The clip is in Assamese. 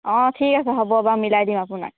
অ' ঠিক আছে হ'ব বা মিলাই দিম আপোনাক